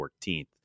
14th